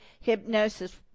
hypnosis